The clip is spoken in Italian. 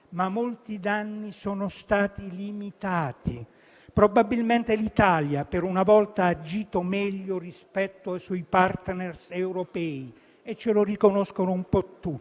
Ma molti danni sono stati limitati. Probabilmente, l'Italia, per una volta, ha agito meglio rispetto ai suoi *partner* europei e ce lo riconoscono un po' tutti.